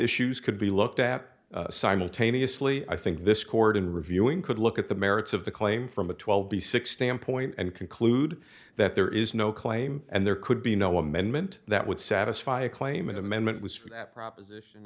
issues could be looked at simultaneously i think this court in reviewing could look at the merits of the claim from a twelve b sixteen point and conclude that there is no claim and there could be no amendment that would satisfy a claim an amendment was for that proposition